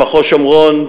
במחוז שומרון,